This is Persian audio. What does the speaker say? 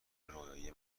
رویایی